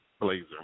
blazer